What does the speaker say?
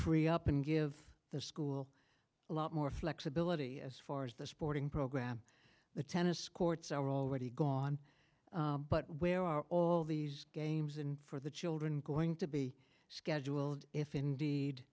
free up and give the school a lot more flexibility as far as the sporting program the tennis courts are already gone but where are all these games and for the children going to be scheduled if indeed